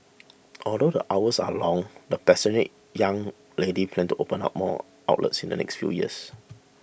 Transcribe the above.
although the hours are long the passionate young lady plans to open up more outlets in the next few years